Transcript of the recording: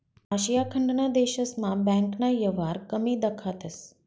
आशिया खंडना देशस्मा बँकना येवहार कमी दखातंस